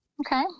Okay